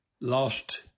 lost